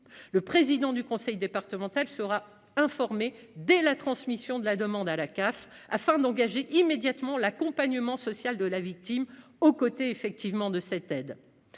le président du conseil départemental sera informé dès la transmission de la demande à la CAF, afin d'engager immédiatement l'accompagnement social de la victime, parallèlement au versement de l'aide